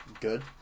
Good